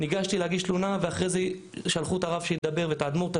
ניגשתי להגיש תלונה ואחרי זה שלחו את הרב שידבר ואת האדמו"ר.